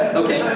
ah okay,